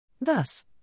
Thus